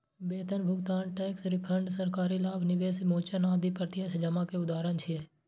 वेतन भुगतान, tax refund, सरकारी लाभ, निवेश मोचन आदि प्रत्यक्ष जमा के उदाहरण छियै